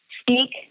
speak